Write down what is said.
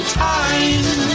time